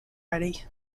ready